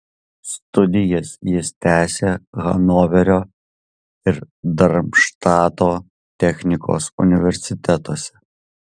studijas jis tęsė hanoverio ir darmštato technikos universitetuose